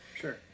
sure